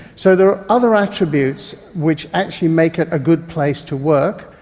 so there are other attributes which actually make it a good place to work,